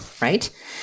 right